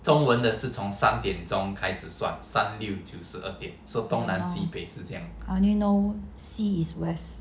I only know 西 is west